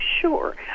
Sure